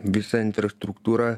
visa infrastruktūra